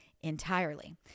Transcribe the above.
entirely